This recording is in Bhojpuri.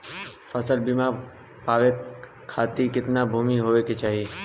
फ़सल बीमा पावे खाती कितना भूमि होवे के चाही?